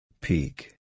Peak